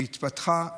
והתפתחה,